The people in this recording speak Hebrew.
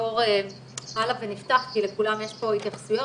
שנעבור הלאה ונפתח כי לכולם יש פה התייחסויות